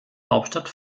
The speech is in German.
hauptstadt